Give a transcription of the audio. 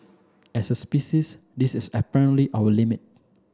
as a species this is apparently our limit